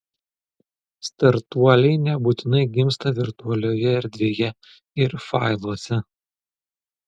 startuoliai nebūtinai gimsta virtualioje erdvėje ir failuose